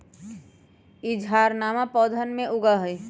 ई झाड़नमा पौधवन में उगा हई